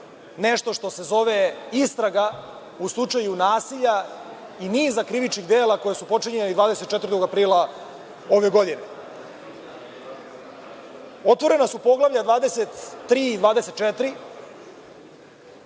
nešto što se zove istraga u slučaju nasilja i niza krivičnih dela koja su počinjali 24. aprila ove godine? Otvorena su Poglavlja 23. i 24.